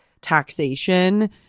taxation